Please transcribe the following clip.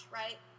right